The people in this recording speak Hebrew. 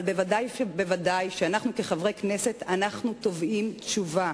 אבל בוודאי ובוודאי שאנחנו כחברי הכנסת תובעים תשובה.